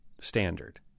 standard